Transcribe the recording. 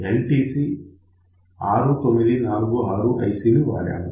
ఇక్కడ LTC6946 IC ను వాడాము